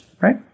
right